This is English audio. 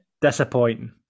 Disappointing